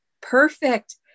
perfect